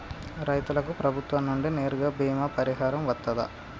రైతులకు ప్రభుత్వం నుండి నేరుగా బీమా పరిహారం వత్తదా?